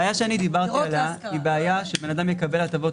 הבעיה שאני דיברתי עליה היא בעיה שבן אדם יקבל הטבות